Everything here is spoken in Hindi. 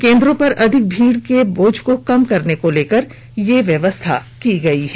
केंद्रों पर अधिक भीड़ के बोझ को कम करने को लेकर यह व्यवस्था की गई है